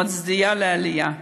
אני מצדיעה לעלייה,